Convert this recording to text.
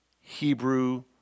Hebrew